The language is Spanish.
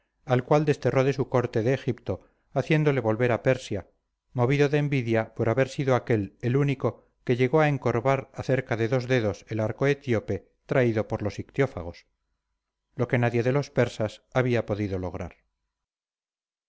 al cual desterró de su corte de egipto haciéndole volver a persia movido de envidia por haber sido aquél el único que llegó a encorvar cerca de dos dedos el arco etíope traído por los ictiófagos lo que nadie de los persas había podido lograr